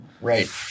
right